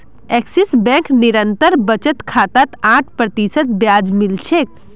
axis Bank निरंतर बचत खातात आठ प्रतिशत ब्याज मिल छेक